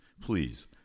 please